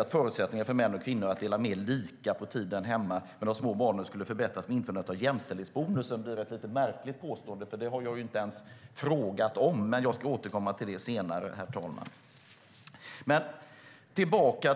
att "förutsättningarna för män och kvinnor att dela mer lika på tiden hemma med de små barnen förbättrades också med införandet av jämställdhetsbonusen" blir lite märkligt eftersom jag inte ens har frågat om detta, men jag återkommer till frågan senare, herr talman.